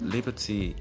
Liberty